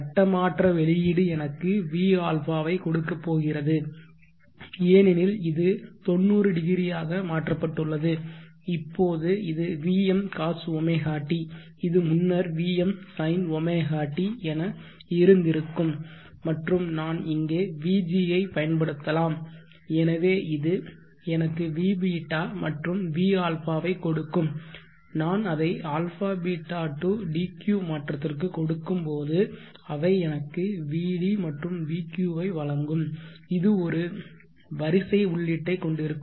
கட்ட மாற்ற வெளியீடு எனக்கு vα ஐ கொடுக்கப் போகிறது ஏனெனில் இது 90 டிகிரியாக மாற்றப்பட்டுள்ளது இப்போது இது vm cosωt இது முன்னர் vm sinωt என இருந்திருக்கும் மற்றும் நான் இங்கே vg ஐப் பயன்படுத்தலாம் எனவே இது எனக்கு vβ மற்றும் vα ஐக் கொடுக்கும் நான் அதை αβ to dq மாற்றத்திற்கு கொடுக்கும்போது அவை எனக்கு vd மற்றும் vq ஐ வழங்கும் இது ஒரு வரிசை உள்ளீட்டைக் கொண்டிருக்கும்